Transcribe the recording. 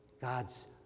God's